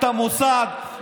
את המוסד,